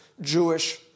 Jewish